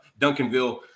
Duncanville